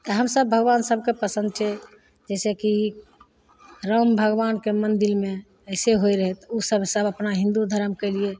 तऽ हमसभ भगवान सभके पसन्द छै जइसेकि राम भगवानके मन्दिरमे अइसे होइ रहै ओसबसे अपना हिन्दू धरमके लिए